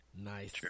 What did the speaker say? Nice